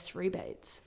rebates